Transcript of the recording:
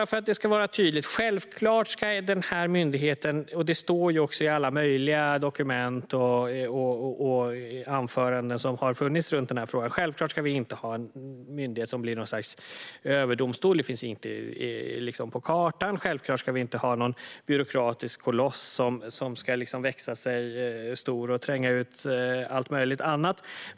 För att vara tydlig: Som det står i alla möjliga dokument och anföranden i denna fråga ska vi självfallet inte ha en myndighet som blir något slags överdomstol. Det finns inte på kartan. Vi ska självfallet inte ha en byråkratisk koloss som ska växa sig stor och tränga ut allt möjligt annat.